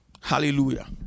Hallelujah